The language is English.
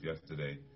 yesterday